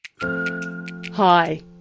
Hi